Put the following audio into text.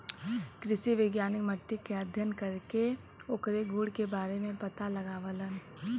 कृषि वैज्ञानिक मट्टी के अध्ययन करके ओकरे गुण के बारे में पता लगावलन